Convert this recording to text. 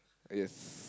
uh yes